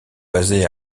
basé